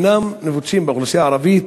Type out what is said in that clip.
הם אינם מבוצעים בחברה הערבית.